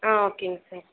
ஓகேங்க சார்